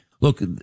Look